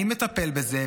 אני מטפל בזה,